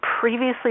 previously